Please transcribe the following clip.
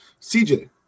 CJ